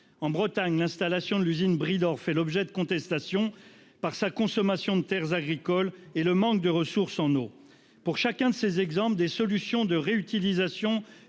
en Bretagne, l'installation de l'usine bride or fait l'objet de contestations par sa consommation de Terres agricoles et le manque de ressources en eau pour chacun de ces exemples des solutions de réutilisation